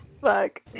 Fuck